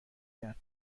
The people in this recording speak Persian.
کرد